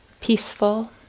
peaceful